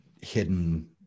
hidden